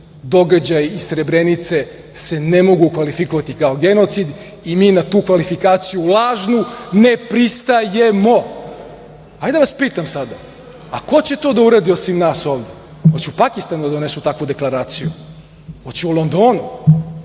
događaji iz Srebrenice se ne mogu kvalifikovati kao genocid i mi na tu kvalifikaciju lažnu ne pristajemo? Da vas pitam sada a ko će to da uradim osim nas ovde, hoće u Pakistanu da donesu takvu deklaraciju, hoće u Londonu,